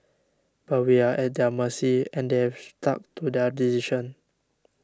but we are at their mercy and they have stuck to their decision